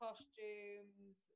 Costumes